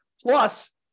Plus